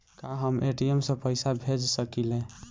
का हम ए.टी.एम से पइसा भेज सकी ले?